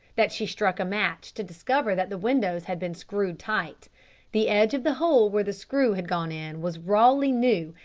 that she struck a match to discover that the windows had been screwed tight the edge of the hole where the screw had gone in was rawly new,